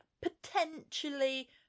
potentially